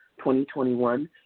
2021